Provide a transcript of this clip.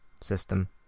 system